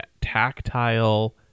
tactile